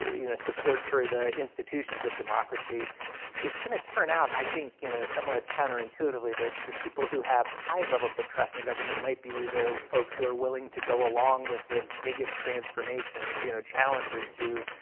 you know support for the institutions of democracy it's gonna turn out i think you know somewhat counter-intuitively that the people who have high levels of trust in government might be the folks who are willing to go along with the biggest transformations you know challenges to